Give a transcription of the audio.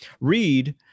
read